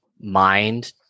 mind